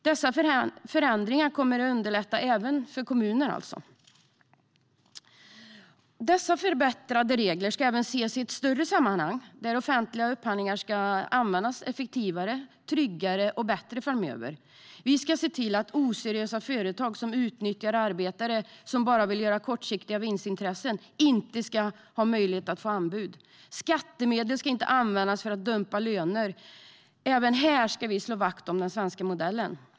Dessa förändringar kommer alltså att underlätta även för kommuner. De förbättrade reglerna ska även ses i ett större sammanhang där offentlig upphandling ska användas på ett effektivare, tryggare och bättre sätt framöver. Vi ska se till att oseriösa företag som utnyttjar arbetare och som bara har kortsiktiga vinstintressen inte ska vinna anbud. Skattemedel ska inte användas till att dumpa löner. Även här ska vi slå vakt om den svenska modellen.